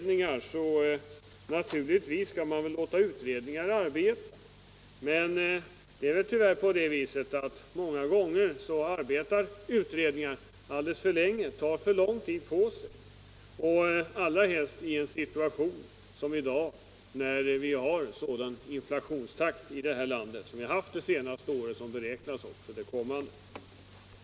Naturligtvis skall man låta utredningar arbeta, men tyvärr tar utredningar många gånger för lång tid på sig, och det märks speciellt i en situation med hög inflationstakt — en sådan som vi har haft det senaste året och som vi beräknas få under det kommande året.